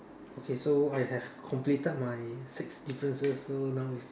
okay so I have completed my six differences so now it's